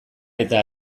eta